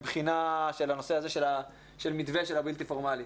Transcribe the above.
לבדיקה של הנושא הזה של המתווה של הבלתי פורמלי.